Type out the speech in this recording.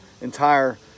entire